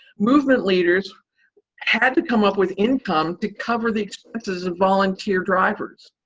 movement leaders had to come up with income to cover the expenses of volunteer drivers.